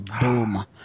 Boom